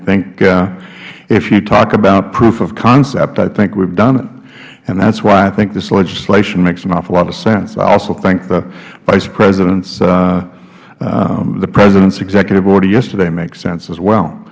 think if you talk about proof of concept i think we've done it and that's why i think this legislation makes an awful lot of sense i also think that vice president'sh the president's executive order yesterday makes sense as well